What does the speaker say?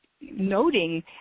noting